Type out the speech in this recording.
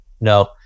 No